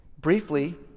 Briefly